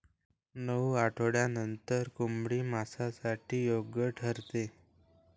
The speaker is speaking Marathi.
नऊ आठवड्यांनंतर कोंबडी मांसासाठी योग्य ठरते